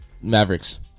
Mavericks